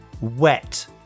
wet